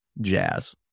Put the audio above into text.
Jazz